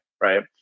Right